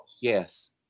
Yes